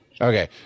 Okay